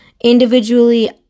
Individually